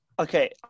Okay